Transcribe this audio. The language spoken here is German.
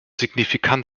signifikant